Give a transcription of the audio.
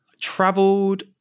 traveled